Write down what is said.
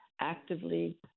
actively